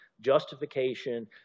justification